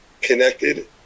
connected